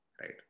right